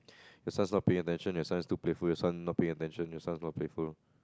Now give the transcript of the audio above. just not pay attention as well as too playful as well not pay attention as well not playful